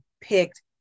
picked